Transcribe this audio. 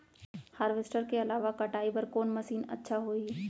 Harvester के अलावा कटाई बर कोन मशीन अच्छा होही?